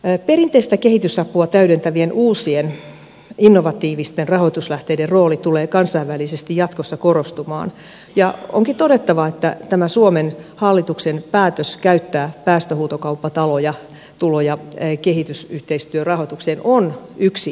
perinteistä kehitysapua täydentävien uusien innovatiivisten rahoituslähteiden rooli tulee kansainvälisesti jatkossa korostumaan ja onkin todettava että tämä suomen hallituksen päätös käyttää päästöhuutokauppatuloja kehitysyhteistyörahoitukseen on yksi innovatiivinen rahoituskeino